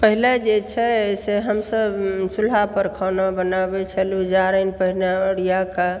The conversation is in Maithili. पहिले जे छै से हमसब चूल्हा पर खाना बनाबै छलहुॅं जारनि पर ओरिया कऽ